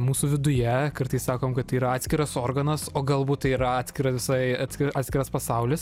mūsų viduje kartais sakom kad tai yra atskiras organas o galbūt tai yra atskira visai atskir atskiras pasaulis